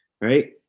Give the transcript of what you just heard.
right